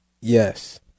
Yes